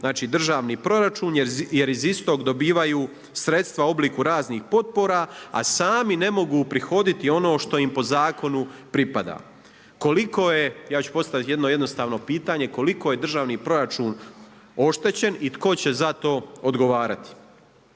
znači, državni proračun jer iz istog dobivaju sredstva u obliku raznih potpora a sami ne mogu uprihoditi ono što im po zakonu pripada. Koliko je, ja ću postaviti jedno jednostavno pitanje, Državni proračun oštećen i tko će za to odgovarati?